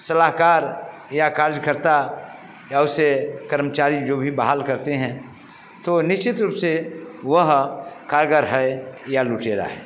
सलाहकार या कार्यकर्ता या उसे कर्मचारी जो भी बहाल करते हैं तो निश्चित रूप से वह कारगर है या लुटेरा है